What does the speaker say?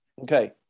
Okay